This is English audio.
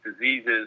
diseases